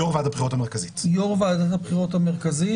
יו"ר ועדת הבחירות המרכזית.